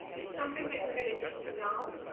it's something that you're gonna need to know.